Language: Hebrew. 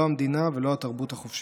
לא המדינה ולא התרבות החופשית.